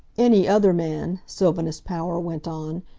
any other man, sylvanus power went on,